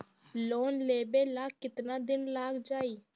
Loan लेबे ला कितना दिन लाग जाई?